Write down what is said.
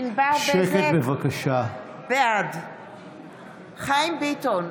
ענבר בזק, בעד חיים ביטון,